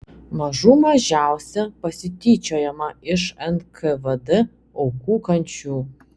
mažų mažiausia pasityčiojama iš nkvd aukų kančių